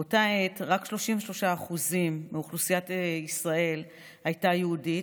באותה העת רק 33% מאוכלוסיית ישראל הייתה יהודית,